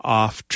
off